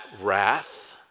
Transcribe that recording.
wrath